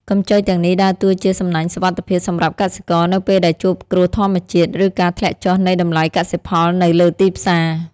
កម្ចីទាំងនេះដើរតួជាសំណាញ់សុវត្ថិភាពសម្រាប់កសិករនៅពេលដែលជួបគ្រោះធម្មជាតិ ឬការធ្លាក់ចុះនៃតម្លៃកសិផលនៅលើទីផ្សារ។